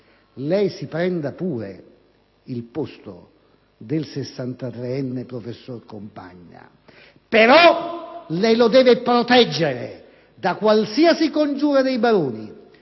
lei si prenda pure il posto del sessantatreenne professor Compagna, ma lo deve proteggere da qualsiasi «congiura dei baroni»,